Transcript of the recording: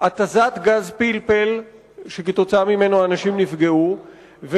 התזת גז פלפל שכתוצאה ממנו נפגעו אנשים,